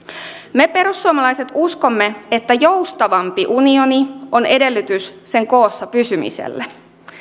me perussuomalaiset uskomme että joustavampi unioni on edellytys sen koossapysymiselle